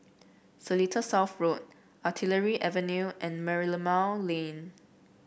Seletar South Road Artillery Avenue and Merlimau Lane